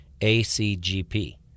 ACGP